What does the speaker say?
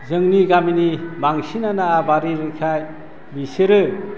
जोंनि गामिनि बांसिनआनो आबादारिखाय बिसोरो